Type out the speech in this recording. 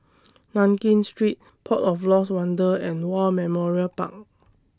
Nankin Street Port of Lost Wonder and War Memorial Park